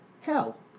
hell